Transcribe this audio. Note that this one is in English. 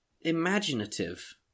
imaginative